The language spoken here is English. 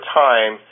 time